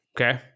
Okay